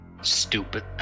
Stupid